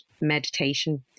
meditation